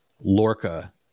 Lorca